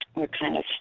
we're kind of